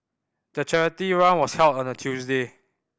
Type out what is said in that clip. the charity run was held on a Tuesday